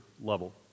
level